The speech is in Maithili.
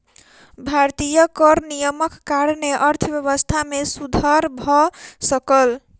भारतीय कर नियमक कारणेँ अर्थव्यवस्था मे सुधर भ सकल